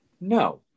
No